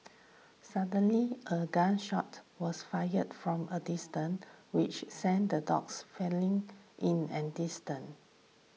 suddenly a gun shot was fired from a distance which sent the dogs fleeing in an distant